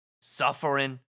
Suffering